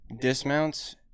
dismounts